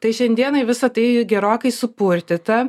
tai šiandienai visa tai gerokai supurtyta